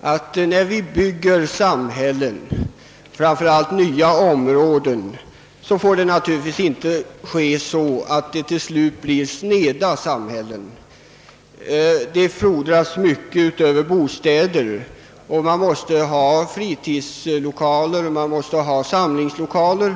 att vi, när vi bygger nya samhällen, inte får göra detta på ett sådant sätt att det till slut blir »sneda» samhällen. Det fordras mycket utöver bostäder — fritidslokaler och samlingslokaler.